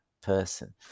person